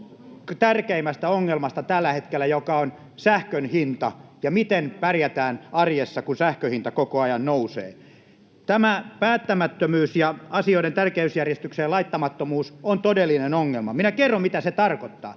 tärkeimmästä ongelmasta tällä hetkellä, joka on sähkön hinta ja se, miten pärjätään arjessa, kun sähkönhinta koko ajan nousee. Tämä päättämättömyys ja asioiden tärkeysjärjestykseen laittamattomuus on todellinen ongelma. Minä kerron, mitä se tarkoittaa.